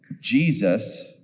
Jesus